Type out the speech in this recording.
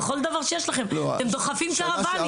בכל דבר שיש לכם אתם דוחפים קרוואנים?